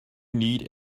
need